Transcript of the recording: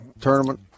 tournament